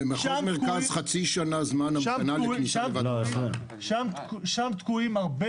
במחוז מרכז חצי שנה זמן המתנה --- שם תקועים הרבה